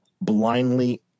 blindly